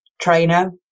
trainer